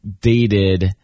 dated